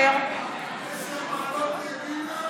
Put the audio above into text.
בעד בנט, תוריד את העיניים,